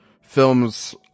films